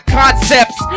concepts